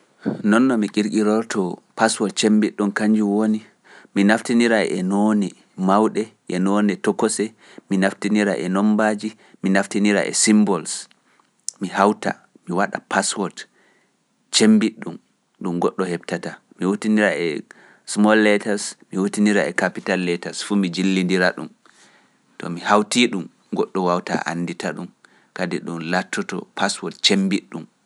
ɗum noon no mi qirqirorto paswot cemmbiɗɗun kañjum woni mi naftinira e noone mawɗe e noone tokose mi naftinira e nombaaji mi naftinira e symbol mi hawta mi waɗa paswot cemmbiɗɗun ɗum goɗɗo heptata mi wuttinira e small letas mi wuttinira e capital letas fumi jillindira ɗum to mi hawti ɗum goɗɗo wawta anndita ɗum kadi ɗum laatoto paswot cemmbiɗɗun